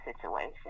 situation